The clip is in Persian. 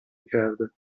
کرده